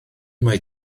mai